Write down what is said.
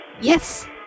Yes